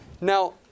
Now